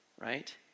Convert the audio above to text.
right